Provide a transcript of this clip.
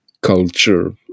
culture